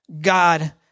God